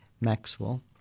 Maxwell